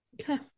Okay